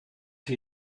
chi